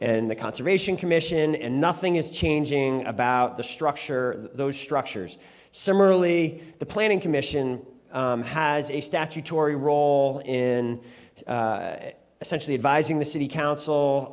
and the conservation commission and nothing is changing about the structure of those structures similarly the planning commission has a statutory role in essentially advising the city council